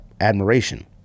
admiration